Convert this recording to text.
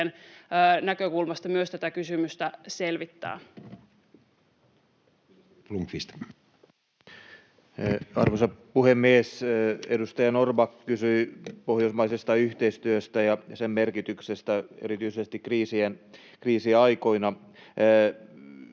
Time: 17:58 Content: Arvoisa puhemies! Edustaja Norrback kysyi pohjoismaisesta yhteistyöstä ja sen merkityksestä erityisesti kriisiaikoina.